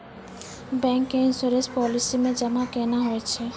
Bank के insurance policy मे जमा केना होय छै?